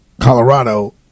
Colorado